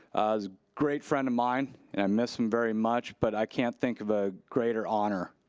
a great friend of mine and i miss him very much, but i can't think of a greater honor